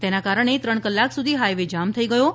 તેના કારણે ત્રણ કલાક સુધી હાઇવે જામ થઇ ગયો હતો